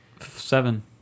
Seven